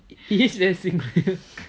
it is very singlish